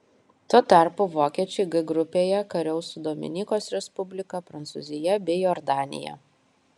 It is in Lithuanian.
tuo tarpu vokiečiai g grupėje kariaus su dominikos respublika prancūzija bei jordanija